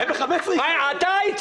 מאז הנומרטור.